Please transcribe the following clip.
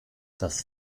das